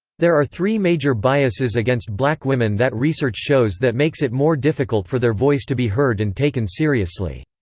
there are three major biases against black women that research shows that makes it more difficult for their voice to be heard and taken seriously.